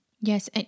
Yes